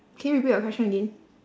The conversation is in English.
can you repeat your question again